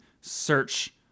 search